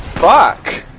block